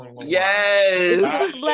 Yes